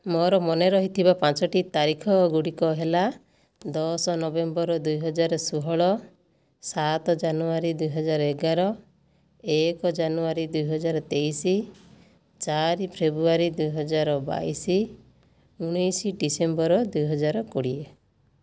ମୋ'ର ମନେ ରହିଥିବା ପାଞ୍ଚଟି ତାରିଖ ଗୁଡ଼ିକ ହେଲା ଦଶ ନଭେମ୍ବର ଦୁଇହଜାର ଷୋହଳ ସାତ ଜାନୁଆରୀ ଦୁଇହଜାର ଏଗାର ଏକ ଜାନୁଆରୀ ଦୁଇହଜାର ତେଇଶ ଚାରି ଫେବ୍ରୁଆରୀ ଦୁଇହଜାର ବାଇଶ ଉଣାଇଶ ଡିସେମ୍ବର ଦୁଇହଜାର କୋଡ଼ିଏ